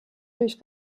durch